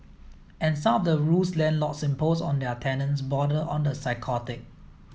and some of the rules landlords impose on their tenants border on the psychotic